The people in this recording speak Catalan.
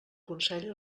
consell